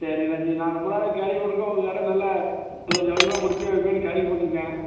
சரி அண்ணாச்சி நான் ரொம்ப நாளாக கேள்விப்பட்டுருக்கேன் உங்கக்கடை நல்லா நல்லா சவுகரியமா கொடுப்பியன்னு கேள்விப்பட்டுருக்கேன்